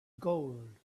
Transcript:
gold